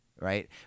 right